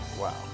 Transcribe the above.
Wow